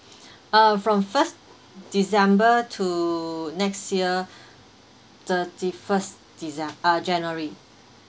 uh from first december to next year thirty-first decem~ uh january